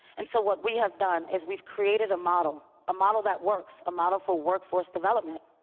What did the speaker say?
and so what we have done is we've created a model, a model that works, a model for workforce development,